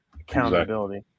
Accountability